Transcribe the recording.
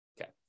Okay